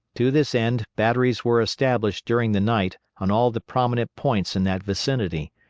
to this end batteries were established during the night on all the prominent points in that vicinity.